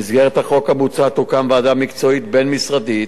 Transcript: במסגרת החוק המוצע תוקם ועדה מקצועית בין-משרדית,